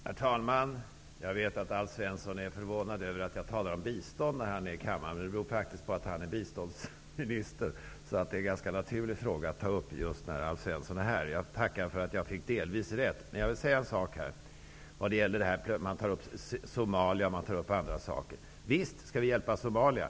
Herr talman! Jag vet att Alf Svensson är förvånad över att jag talar om bistånd när han är här i kammaren. Men det beror faktiskt på att han är biståndsminister. Det är naturligt att ta upp den frågan just när Alf Svensson är här. Jag tackar för att jag fick delvis rätt. Jag vill säga något om Somalia och andra länder. Visst skall Sverige hjälpa Somalia.